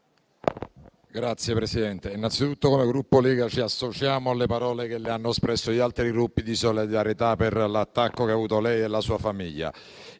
Signor Presidente, innanzitutto, come Gruppo Lega, ci associamo alle parole che hanno espresso gli altri Gruppi, di solidarietà per l'attacco che avete subito lei e la sua famiglia.